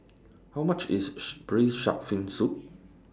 How much IS Braised Shark Fin Soup